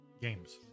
games